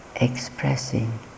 expressing